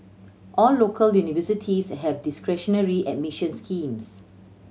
all local universities have discretionary admission schemes